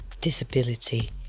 disability